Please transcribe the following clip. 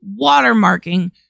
watermarking